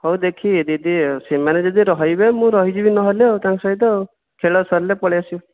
ହଉ ଦେଖିବି ଦିଦି ସେମାନେ ଯଦି ରହିବେ ମୁଁ ରହିଯିବି ନହେଲେ ଆଉ ତାଙ୍କ ସହିତ ଆଉ ଖେଳ ସରିଲେ ପଳେଇଆସିବି